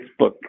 Facebook